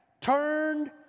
turned